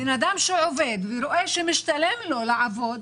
בן אדם שעובד ורואה שמשתלם לו לעבוד,